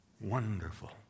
wonderful